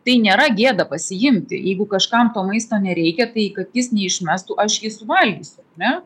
tai nėra gėda pasiimti jeigu kažkam to maisto nereikia tai kad jis neišmestų aš jį suvalgysiu ar ne